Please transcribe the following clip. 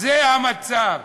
זה המצב.